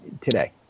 today